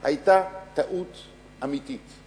היתה טעות אמיתית.